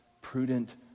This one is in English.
prudent